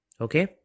okay